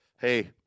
hey